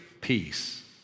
peace